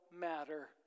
matter